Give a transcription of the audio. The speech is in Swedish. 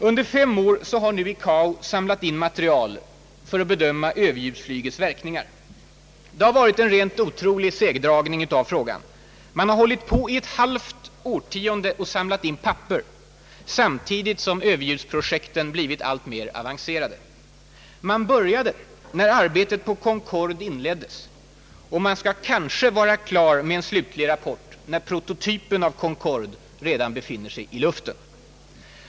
Under fem år har nu ICAO samlat in material för att bedöma överljudsflygets verkningar. Det har varit en rent otrolig segdragning av frågan. Man har hållit på i ett halvt årtionde och samlat in papper samtidigt som överljudsprojekten blivit alltmer avancerade. Man började när arbetet på Concorde inleddes, och man skall kanske vara klar med en slutlig rapport när prototypen av Concorde redan befinner sig i luften.